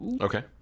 okay